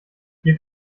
ihr